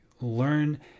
learn